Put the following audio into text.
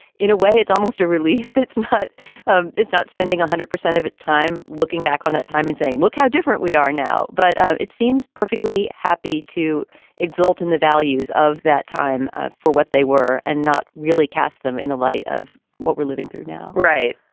in a way, it's almost a relief. that's not um it's not spending a hundred percent of its time looking back on that time and saying, look how different we are now. but it seems perfectly happy to exult in the values of that time ah for what they were and not really cast them in the light of what we're living through now. right.